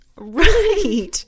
Right